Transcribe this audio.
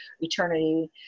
eternity